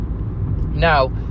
Now